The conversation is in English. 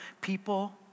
people